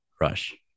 Rush